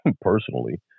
personally